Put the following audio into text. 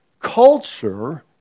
culture